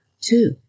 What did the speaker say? two